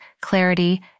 clarity